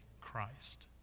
Christ